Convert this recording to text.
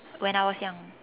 when I was young